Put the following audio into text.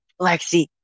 Lexi